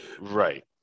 Right